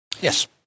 Yes